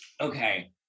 Okay